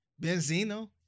Benzino